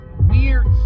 weird